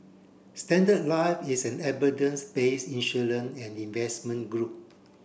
Standard Life is an base insurance and investment group